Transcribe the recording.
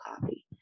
copy